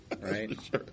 Right